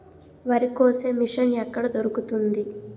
వరి కోసే మిషన్ ఎక్కడ దొరుకుతుంది?